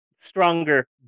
stronger